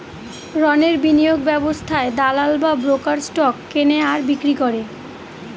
রণের বিনিয়োগ ব্যবস্থায় দালাল বা ব্রোকার স্টক কেনে আর বিক্রি করে